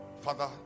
Father